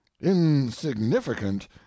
insignificant